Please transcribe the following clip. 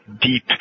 Deep